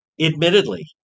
admittedly